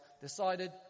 decided